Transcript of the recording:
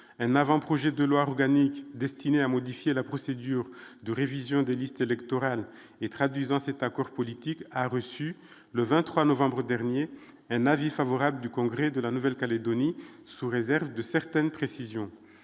un avant-projet de loi Boughanmi destiné à modifier la procédure de révision des listes électorales et traduisant cet accord politique, a reçu le 23 novembre dernier un avis favorable du congrès de la Nouvelle-Calédonie, sous réserve de certaines précisions,